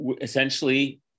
essentially